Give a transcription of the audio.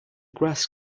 grass